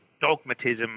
dogmatism